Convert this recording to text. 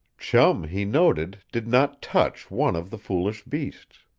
chum, he noted, did not touch one of the foolish beasts.